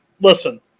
Listen